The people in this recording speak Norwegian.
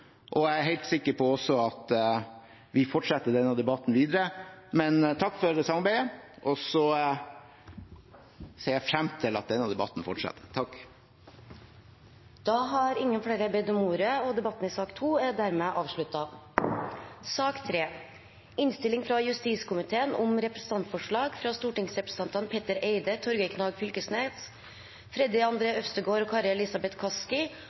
Jeg er også helt sikker på at vi fortsetter denne debatten videre. Takk for samarbeidet. Jeg ser frem til at denne debatten fortsetter. Flere har ikke bedt om ordet til sak nr. 2. Etter ønske fra justiskomiteen vil presidenten ordne debatten